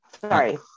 Sorry